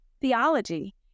theology